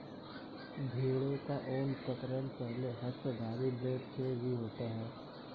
भेड़ों का ऊन कतरन पहले हस्तधारी ब्लेड से भी होता है